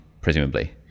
presumably